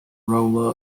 roll